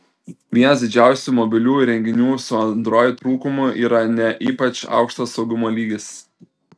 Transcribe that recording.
vienas didžiausių mobilių įrenginių su android trūkumų yra ne ypač aukštas saugumo lygis